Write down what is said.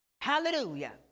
Hallelujah